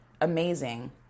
amazing